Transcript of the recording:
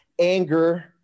anger